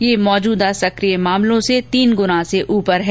यह मौजूदा सक्रिय मामलों से तीन गुना से ऊपर है